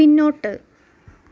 പിന്നോട്ട്